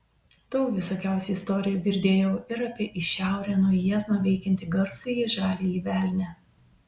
daug visokiausių istorijų girdėjau ir apie į šiaurę nuo jiezno veikiantį garsųjį žaliąjį velnią